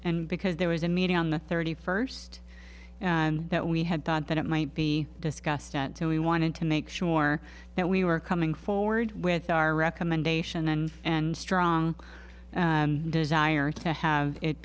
and because there was a meeting on the thirty first and we had thought that it might be discussed and we wanted to make sure that we were coming forward with our recommendation and strong desire to have it